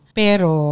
pero